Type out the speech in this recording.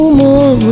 more